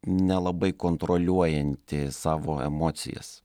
nelabai kontroliuojanti savo emocijas